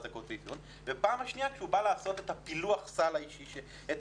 זכאות ואפיון ובפעם השנייה כשהוא בא לעשות את פילוח הסל שהוא מקבל.